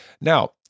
Now